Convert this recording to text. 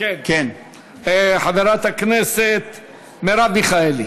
חברת הכנסת מרב מיכאלי.